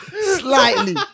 slightly